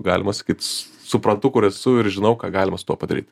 galima sakyt suprantu kur esu ir žinau ką galima su tuo padaryt